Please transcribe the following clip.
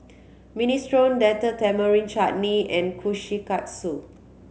Minestrone Date Tamarind Chutney and Kushikatsu